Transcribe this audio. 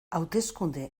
hauteskunde